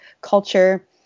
culture